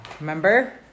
Remember